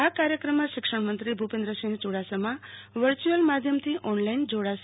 આ કાર્યક્રમમાં શિક્ષણમંત્રી ભૂ પેન્ક્સિંહ યુ ડાસમા વચ્ચર્યું અલ માધ્યમથી ઓનલાઇન જોડાશે